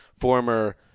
former